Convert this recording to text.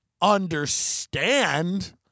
understand